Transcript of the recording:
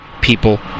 people